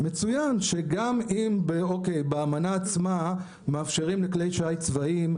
מצוין שגם אם באמנה עצמה מאפשרים לכלי שיט צבאיים,